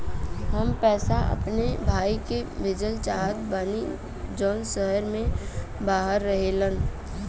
हम पैसा अपने भाई के भेजल चाहत बानी जौन शहर से बाहर रहेलन